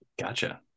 gotcha